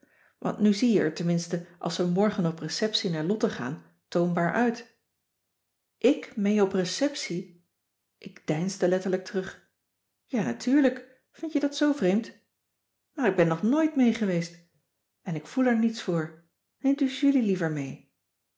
want nu zie je er tenminste als we morgen op receptie naar lotte gaan toonbaar uit ik mee op receptie ik deinsde letterlijk terug ja natuurlijk vindt je dat zoo vreemd maar ik ben nog nooit mee geweest en ik voel er niets voor neemt u julie liever mee